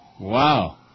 Wow